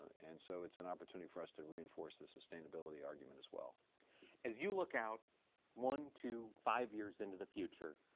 and so it's an opportunity for us to reinforce the sustainability argument as well. pearson as you look out one, two, five years into the future,